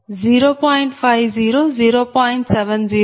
ఇది type 2 modification